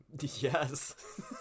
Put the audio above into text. yes